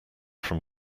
from